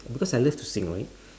because I loved to sing right